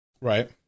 Right